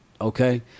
okay